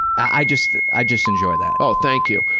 i just i just enjoy that. oh, thank you.